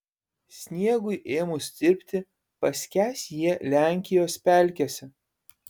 sniegui ėmus tirpti paskęs jie lenkijos pelkėse